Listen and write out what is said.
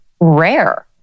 rare